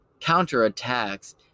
counterattacks